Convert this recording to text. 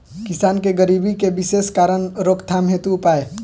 किसान के गरीबी के विशेष कारण रोकथाम हेतु उपाय?